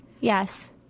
Yes